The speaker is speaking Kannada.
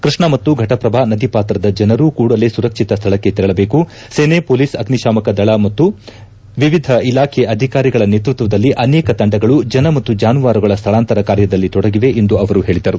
ಕೃಷ್ಣಾ ಮತ್ತು ಫಟಪ್ರಭಾ ನದಿಪಾತ್ರದ ಜನರು ಕೂಡಲೇ ಸುರಕ್ಷಿತ ಸ್ಥಳಕ್ಕೆ ತೆರಳಬೇಕು ಸೇನೆ ಪೊಲೀಸ್ ಅಗ್ನಿಶಾಮಕ ದಳ ಹಾಗೂ ವಿವಿಧ ಇಲಾಖೆ ಅಧಿಕಾರಿಗಳ ನೇತೃತ್ವದಲ್ಲಿ ಅನೇಕ ತಂಡಗಳು ಜನ ಮತ್ತು ಜಾನುವಾರುಗಳ ಸ್ವಳಾಂತರ ಕಾರ್ಯದಲ್ಲಿ ತೊಡಗಿವೆ ಎಂದು ಅವರು ಹೇಳದರು